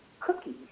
cookies